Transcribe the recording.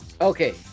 Okay